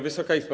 Wysoka Izbo!